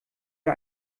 wir